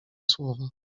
słowa